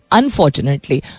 unfortunately